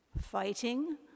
fighting